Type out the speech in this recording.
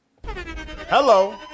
Hello